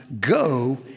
Go